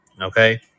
Okay